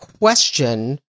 question